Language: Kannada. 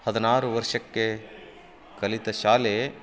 ಹದಿನಾರು ವರ್ಷಕ್ಕೆ ಕಲಿತ ಶಾಲೆ